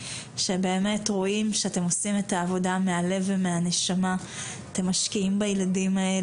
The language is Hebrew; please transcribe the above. שבאמת רואים שכולכם עושים את העבודה מתוך הלב ומהנשמה שלכם,